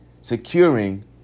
securing